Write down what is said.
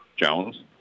Jones